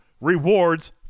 rewards